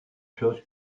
chose